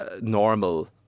normal